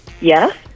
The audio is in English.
Yes